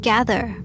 Gather